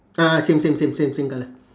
ah same same same same same colour